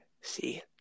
see